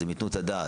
אז הם יתנו את הדעת.